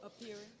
Appearing